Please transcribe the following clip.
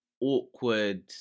awkward